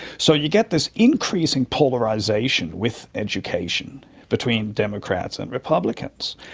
so you get this increase in polarisation with education between democrats and republicans.